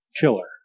killer